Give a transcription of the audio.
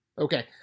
Okay